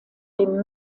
dem